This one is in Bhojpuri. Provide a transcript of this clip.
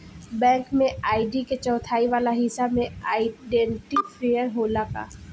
बैंक में आई.डी के चौथाई वाला हिस्सा में आइडेंटिफैएर होला का?